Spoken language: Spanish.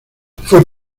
fue